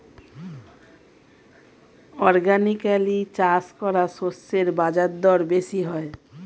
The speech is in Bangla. অর্গানিকালি চাষ করা শস্যের বাজারদর বেশি হয়